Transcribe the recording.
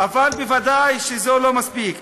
אבל, ודאי שזה עוד לא מספיק.